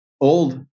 old